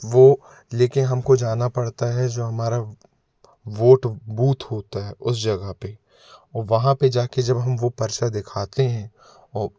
वो ले के हम को जाना पड़ता है जो हमारा वोट बूथ होता है उस जगह पर वो वहाँ पर जा कर जब हम वो पर्चा दिखाते हैं और